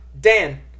dan